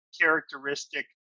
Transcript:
characteristic